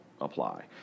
apply